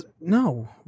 no